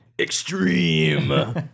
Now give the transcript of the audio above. extreme